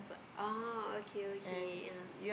oh okay okay ah